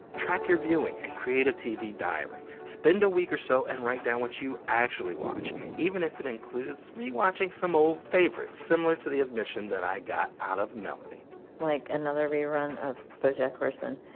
track your viewing and create a tv diary. spend a week or so and write down what you actually watch even if it includes rewatching some old favorites, similar to the admission that i got out of mellini like, another rerun of bojack horseman.